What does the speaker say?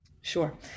Sure